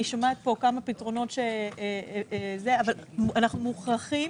אני שומעת פה כמה פתרונות, אבל אנחנו מוכרחים